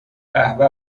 قهوه